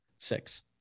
six